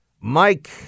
Mike